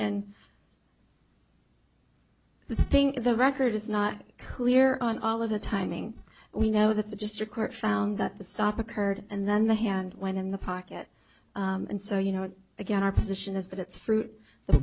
and the thing is the record is not clear on all of the timing we know that the district court found that the stop occurred and then the hand went in the packet and so you know again our position is that it's fruit the